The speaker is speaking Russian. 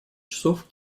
часов